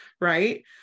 right